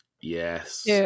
Yes